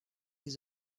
les